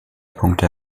punkte